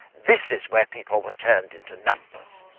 this is where people were turned into numbers.